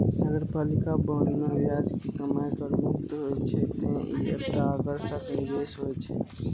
नगरपालिका बांड मे ब्याज के कमाइ कर मुक्त होइ छै, तें ई एकटा आकर्षक निवेश होइ छै